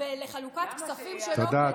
ולחלוקת כספים שלא כדין.